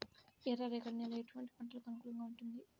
ఎర్ర రేగడి నేల ఎటువంటి పంటలకు అనుకూలంగా ఉంటుంది?